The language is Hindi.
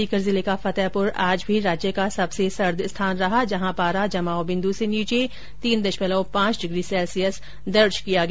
सीकर जिले का फतेहपुर आज भी राज्य का सबसे सर्द स्थान रहा जहां पारा जमाव बिंदू से नीचे तीन दशमलव पांच डिग्री सेल्सियस दर्ज किया गया